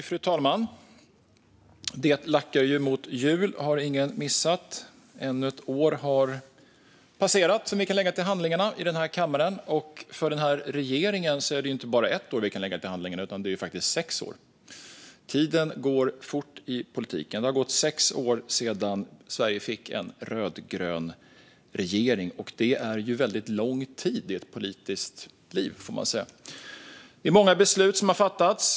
Fru talman! Det lackar ju mot jul; det har ingen missat. Ännu ett år som vi kan lägga till handlingarna har passerat i den här kammaren. För den här regeringen är det ju inte bara ett år vi kan lägga till handlingarna, utan det är faktiskt sex år. Tiden går fort i politiken. Det har gått sex år sedan Sverige fick en rödgrön regering, och det är ju, får man väl säga, väldigt lång tid i ett politiskt liv. Det är många beslut som har fattats.